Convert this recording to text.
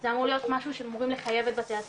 זה אמור להיות משהו שאמורים לחייב בזה את בתי הספר.